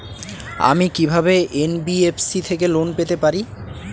আমি কি কিভাবে এন.বি.এফ.সি থেকে লোন পেতে পারি?